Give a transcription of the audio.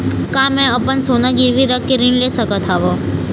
का मैं अपन सोना गिरवी रख के ऋण ले सकत हावे?